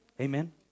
Amen